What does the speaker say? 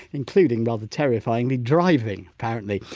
including, rather terrifyingly, driving apparently.